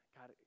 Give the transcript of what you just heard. God